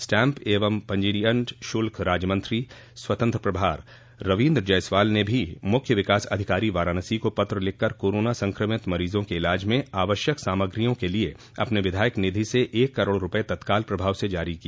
stamp एवं पंजियन शुल्क राज्यमंत्री स्वतंत्र प्रभार रवीन्द्र जायसवाल ने भी मुख्य विकास अधिकारी वाराणसी को पत्र लिखकर कोरोना संक्रमित मरीजों के इलाज में आवश्यक सामाग्रियों के लिये अपने विधायक निधि से एक करोड़ रूपये तत्काल प्रभाव से जारी किया